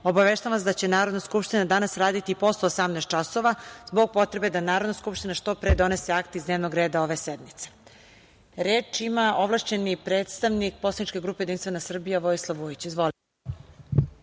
obaveštavam vas da će Narodna skupština danas raditi i posle 18 časova zbog potrebe da Narodna skupština što pre donese akta iz dnevnog reda ove sednice. Reč ima ovlašćeni predstavnik poslaničke grupe Jedinstvena Srbija Vojislav Vujić. Izvolite.